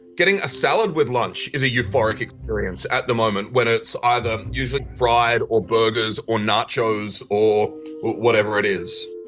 getting a salad with lunch is a euphoric experience at the moment, when it's either usually fried or burgers or nachos or whatever it is.